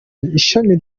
ishami